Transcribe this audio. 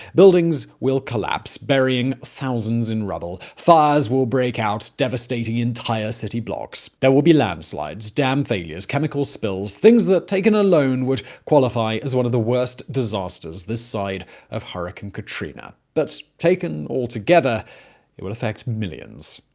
buildings will collapse, burying thousands in rubble. fires will break out, devastating entire city blocks. there will be landslides, dam failures, chemical spills, things that, taken alone, would qualify as one of the worst disasters this side of hurricane katrina but, so taken all together, will affect millions.